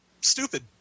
stupid